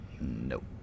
nope